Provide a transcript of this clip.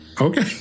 Okay